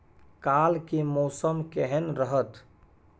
काल के मौसम केहन रहत?